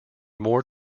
more